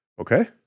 okay